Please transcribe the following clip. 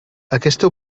aquesta